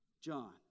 John